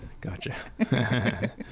Gotcha